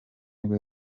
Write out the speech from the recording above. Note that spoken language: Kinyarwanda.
nibwo